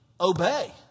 obey